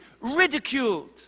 ridiculed